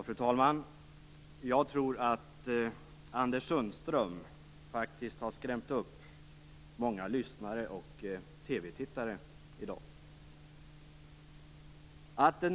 Fru talman! Jag tror faktiskt att Anders Sundström har skrämt upp många lyssnare och TV-tittare i dag.